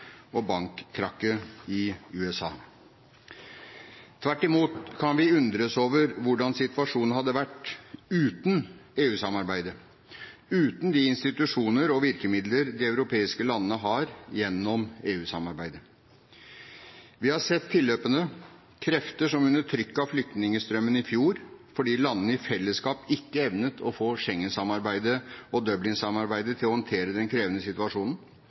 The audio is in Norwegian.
og bankkrakket i USA. Tvert imot kan vi undres over hvordan situasjonen hadde vært uten EU-samarbeidet, uten de institusjoner og virkemidler de europeiske landene har gjennom EU-samarbeidet. Vi har sett tilløpene og kreftene under trykket av flyktningstrømmen i fjor, fordi landene i fellesskap ikke evnet å få Schengen-samarbeidet og Dublin-samarbeidet til å håndtere den krevende situasjonen.